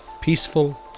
peaceful